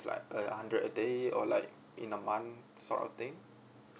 like a hundred a day or like in a month sort of thing